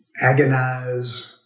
agonize